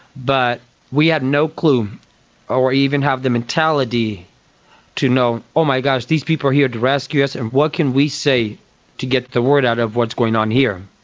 but we had no clue or even have the mentality to know, oh my gosh, these people are here to rescue us and what can we say to get the word out of what's going on here.